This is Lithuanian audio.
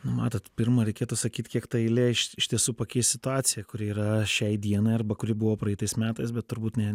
matot pirma reikėtų sakyt kiek ta eilė iš tiesų pakeis situaciją kuri yra šiai dienai arba kuri buvo praeitais metais bet turbūt ne